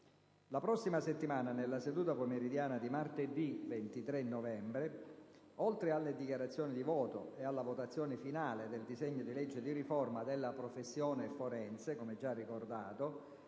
La prossima settimana, nella seduta pomeridiana di martedì 23 novembre, oltre alle dichiarazioni di voto e alla votazione finale del disegno di legge di riforma della professione forense, come già ricordato,